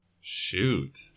Shoot